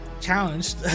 challenged